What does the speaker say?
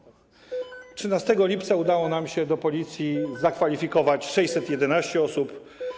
13 lipca udało nam się do pracy w Policji zakwalifikować 611 osób.